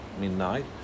midnight